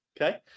Okay